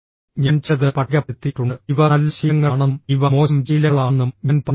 ഞാൻ ചിലത് പട്ടികപ്പെടുത്തിയിട്ടുണ്ട് ഇവ നല്ല ശീലങ്ങളാണെന്നും ഇവ മോശം ശീലങ്ങളാണെന്നും ഞാൻ പറഞ്ഞിട്ടുണ്ട്